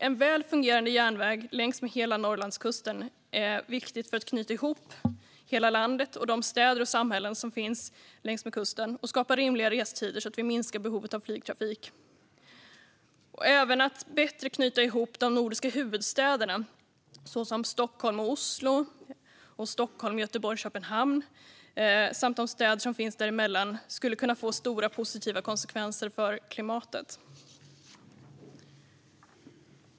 En väl fungerande järnväg längs med hela Norrlandskusten är viktig för att knyta ihop hela landet och de städer och samhällen som finns längs med kusten och för att skapa rimliga restider så att vi minskar behovet av flygtrafik. Även att bättre knyta ihop de nordiska huvudstäderna såsom Stockholm-Oslo och Stockholm-Göteborg-Köpenhamn samt de städer som finns däremellan skulle kunna få stora positiva konsekvenser för klimatet.